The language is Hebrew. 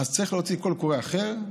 צריך להוציא קול קורא אחר,